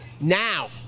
now